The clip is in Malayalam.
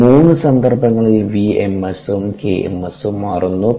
ഈ മൂന്ന് സന്ദർഭങ്ങളിൽ v ms ഉം k ms ഉം മാറുന്നു